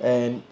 and